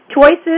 Choices